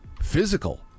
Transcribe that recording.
physical